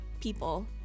People